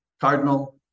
Cardinal